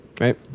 Right